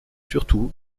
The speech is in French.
surtout